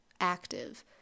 active